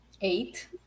Eight